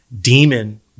demon